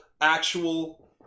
Actual